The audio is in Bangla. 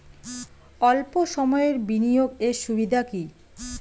অল্প সময়ের বিনিয়োগ এর সুবিধা কি?